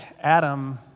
Adam